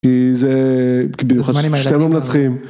כי זה, במיוחד שאתם לא מנצחים.